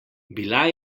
bila